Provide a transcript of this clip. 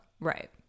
Right